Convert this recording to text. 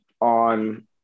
on